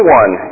one